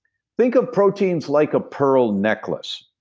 think of proteins like a pearl necklace.